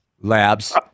Labs